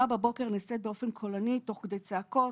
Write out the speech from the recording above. בבוקר נעשית באופן קולני תוך כדי צעקות.